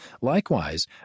Likewise